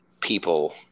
people